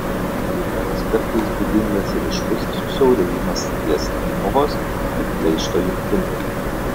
kirviams kartais būdingas ryškus susiaurėjimas ties įmovos ir pleišto jungtimi